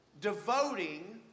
devoting